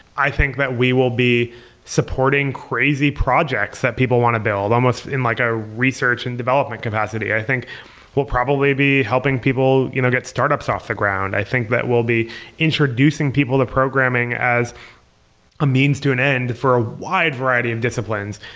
i think that we will be supporting crazy projects that people want to build, almost in like a research and development capacity. i think we'll probably be helping people you know get startups off the ground. i think that we'll be introducing people to programming as a means to an end for a wide variety of disciplines.